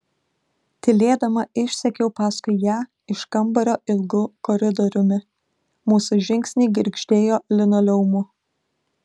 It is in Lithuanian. tylėdama išsekiau paskui ją iš kambario ilgu koridoriumi mūsų žingsniai girgždėjo linoleumu